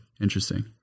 Interesting